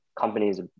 companies